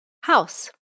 house